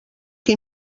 que